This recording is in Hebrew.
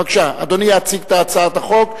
בבקשה, אדוני יציג את הצעת החוק.